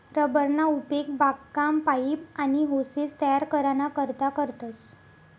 rubber ना उपेग बागकाम, पाइप, आनी होसेस तयार कराना करता करतस